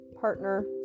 partner